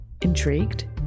Intrigued